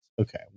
Okay